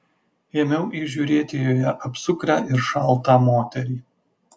ėmiau įžiūrėti joje apsukrią ir šaltą moterį